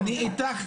אני איתך.